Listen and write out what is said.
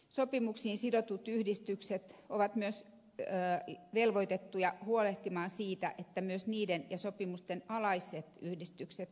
sopimuksiin sidotut yhdistykset ovat myös velvoitettuja huolehtimaan siitä että myös niiden ja sopimusten alaiset yhdistykset työnantajat työntekijät ja niin edelleen